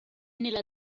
nella